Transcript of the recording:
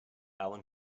allen